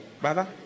Brother